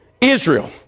Israel